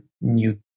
new